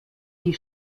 die